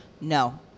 No